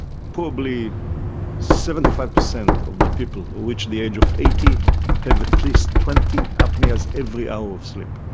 probably seventy five percent of the people who reach the age of eighty have at least twenty apnoeas every hour of sleep,